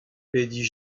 pediñ